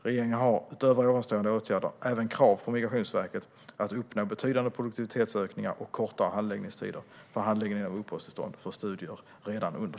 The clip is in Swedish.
Regeringen har utöver nämnda åtgärder även krav på Migrationsverket att redan under 2017 uppnå betydande produktivitetsökningar och kortare handläggningstider för handläggningen av uppehållstillstånd för studier.